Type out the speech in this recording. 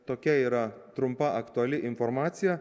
tokia yra trumpa aktuali informacija